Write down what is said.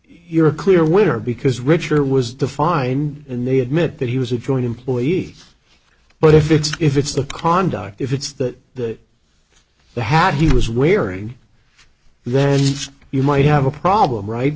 you're a clear winner because richer was defined in a admit that he was a joint employee but if it's if it's the conduct if it's that that the hat he was wearing then you might have a problem right